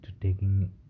taking